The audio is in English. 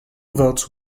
votes